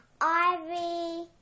Ivy